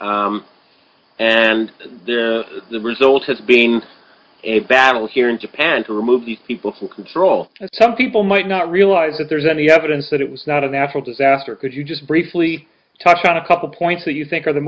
and the result has been a battle here in japan to remove these people who control some people might not realize that there's any evidence that it was not a natural disaster could you just briefly touch on a couple points that you think are the